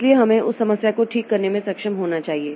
इसलिए हमें उस समस्या को ठीक करने में सक्षम होना चाहिए